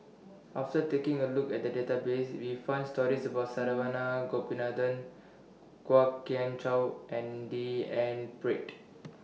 after taking A Look At The Database We found stories about Saravanan Gopinathan Kwok Kian Chow and D N Pritt